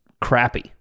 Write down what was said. crappy